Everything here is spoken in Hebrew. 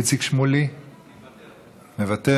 איציק שמולי, מוותר,